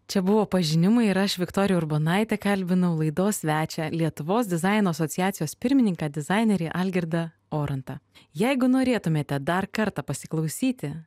čia buvo pažinimai ir aš viktorija urbonaitė kalbinau laidos svečią lietuvos dizaino asociacijos pirmininką dizainerį algirdą orantą jeigu norėtumėte dar kartą pasiklausyti